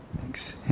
Thanks